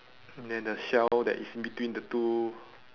then the shell that is in between the two